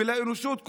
ולאנושות כולה.